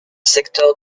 secteur